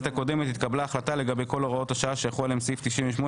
הקודמת התקבלה החלטה לגבי כל הוראות השעה שיחול עליהן סעיף 98,